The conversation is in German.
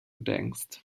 denkst